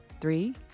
Three